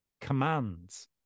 commands